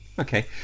Okay